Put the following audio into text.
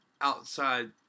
outside